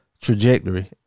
trajectory